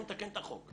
נתקן את החוק,